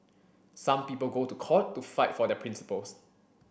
some people go to court to fight for their principles